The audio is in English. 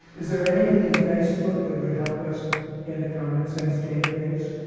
is there anything in facebook that would help us get a common sense database?